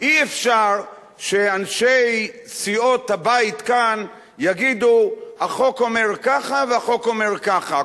אי-אפשר שאנשי סיעות הבית כאן יגידו: החוק אומר ככה והחוק אומר ככה,